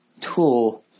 tool